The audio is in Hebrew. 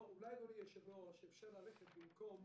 אולי, אדוני היושב-ראש, במקום